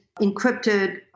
encrypted